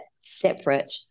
separate